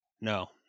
No